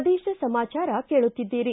ಪ್ರದೇಶ ಸಮಾಚಾರ ಕೇಳುತ್ತಿದ್ದೀರಿ